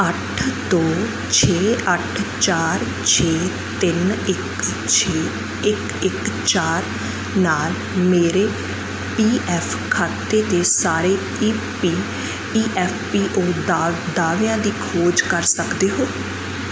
ਅੱਠ ਦੋ ਛੇ ਅੱਠ ਚਾਰ ਛੇ ਤਿੰਨ ਇੱਕ ਛੇੇ ਇੱਕ ਇੱਕ ਚਾਰ ਨਾਲ ਮੇਰੇ ਪੀ ਐਫ ਖਾਤੇ ਦੇ ਸਾਰੇ E P E F P O ਦਾ ਦਾਅਵਿਆਂ ਦੀ ਖੋਜ ਕਰ ਸਕਦੇ ਹੋ